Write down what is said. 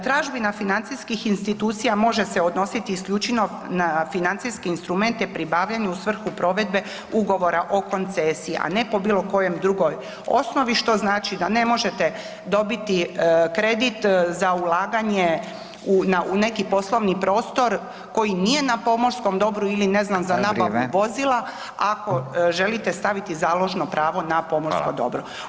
Tražbina financijskih institucija može se odnositi isključivo na financijski instrumente pribavljanja u svrhu provedbe ugovora o koncesiji, a ne po bilo kojoj drugoj osnovi što znači da ne možete dobiti kredit za ulaganje u neki poslovni prostor koji nije na pomorskom dobru ili ne znam za nabavu dozvolu ako želite staviti založno pravo na pomorsko dobro.